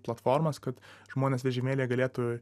platformas kad žmonės vežimėlyje galėtų